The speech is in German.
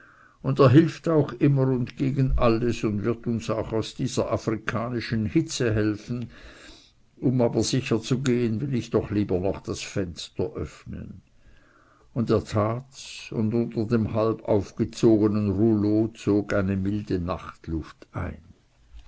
und er hilft auch immer und gegen alles und wird uns auch aus dieser afrikanischen hitze helfen um aber sicher zu gehen will ich doch lieber noch das fenster öffnen und er tat's und unter dem halb aufgezogenen rouleau hin zog eine milde nachtluft ein